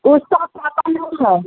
उसके पापा नहीं है